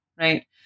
right